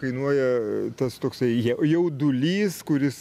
kainuoja tas toksai jaudulys kuris